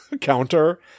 counter